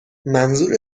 منظور